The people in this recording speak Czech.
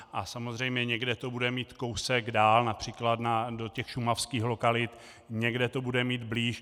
A samozřejmě někde to bude mít kousek dál, např. do těch šumavských lokalit, někde to bude mít blíž.